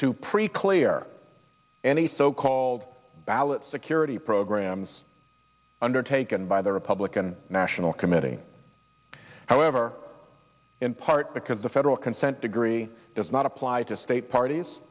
to pre clear any so called ballot security programs undertaken by the republican national committee however in part because the federal consent degree does not apply to state parties